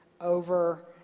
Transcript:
over